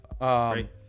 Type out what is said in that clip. Right